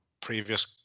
previous